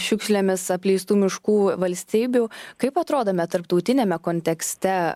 šiukšlėmis apleistų miškų valstybių kaip atrodome tarptautiniame kontekste